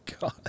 God